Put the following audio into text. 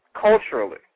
Culturally